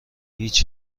هیچ